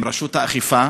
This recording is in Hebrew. עם רשות האכיפה.